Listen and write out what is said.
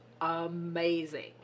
amazing